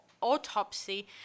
autopsy